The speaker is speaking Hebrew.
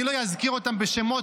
אני לא אזכיר אותם בשמות,